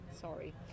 sorry